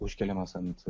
užkeliamas ant